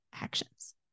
actions